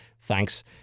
Thanks